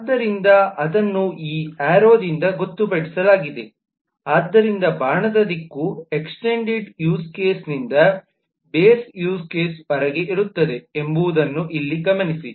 ಆದ್ದರಿಂದ ಅದನ್ನು ಈ ಏರೋದಿಂದ ಗೊತ್ತುಪಡಿಸಲಾಗಿದೆ ಆದ್ದರಿಂದ ಬಾಣದ ದಿಕ್ಕು ಎಕ್ಸ್ಟೆಂಡ್ ಯೂಸ್ ಕೇಸನ್ನುನಿಂದ ಬೇಸ್ ಯೂಸ್ ಕೇಸ್ ವರೆಗೆ ಇರುತ್ತದೆ ಎಂಬುದನ್ನು ಇಲ್ಲಿ ಗಮನಿಸಿ